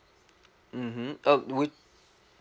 mmhmm uh would